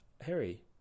Harry